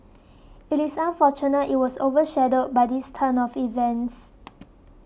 it is unfortunate it was over shadowed by this turn of events